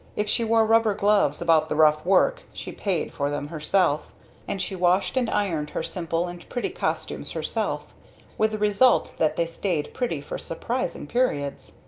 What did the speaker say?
if she wore rubber gloves about the rough work, she paid for them herself and she washed and ironed her simple and pretty costumes herself with the result that they stayed pretty for surprising periods.